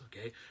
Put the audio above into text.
okay